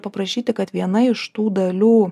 paprašyti kad viena iš tų dalių